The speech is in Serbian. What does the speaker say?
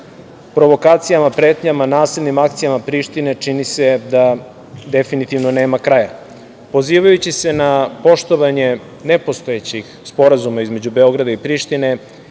Provokacijama, pretnjama, nasilnim akcijama Prištine čini se da definitivno nema kraja. Pozivajući se na poštovanje nepostojećih sporazuma između Beograda i Prištine